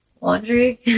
Laundry